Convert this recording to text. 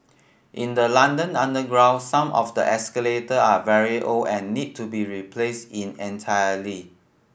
in the London underground some of the escalator are very old and need to be replaced in entirety